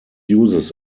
uses